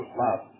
love